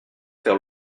faire